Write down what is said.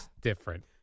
different